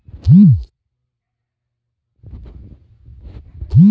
फळबागांना मोटारने पाणी द्यावे का?